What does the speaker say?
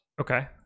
Okay